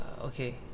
okay